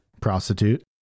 Prostitute